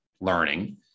learning